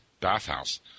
bathhouse